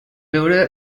veure